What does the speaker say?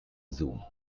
zoom